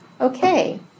Okay